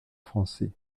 français